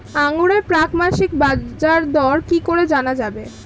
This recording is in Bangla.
আঙ্গুরের প্রাক মাসিক বাজারদর কি করে জানা যাবে?